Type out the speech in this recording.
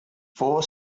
four